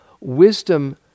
wisdom